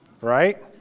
Right